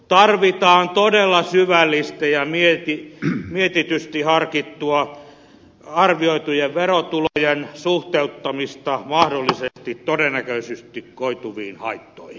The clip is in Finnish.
tarvitaan todella syvällistä ja mietitysti harkittua arvioitujen verotulojen suhteuttamista mahdollisesti todennäköisesti koituviin haittoihin